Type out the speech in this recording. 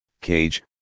cage